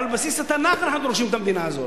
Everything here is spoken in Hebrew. על בסיס התנ"ך אנחנו דורשים את המדינה הזאת.